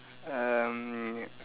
um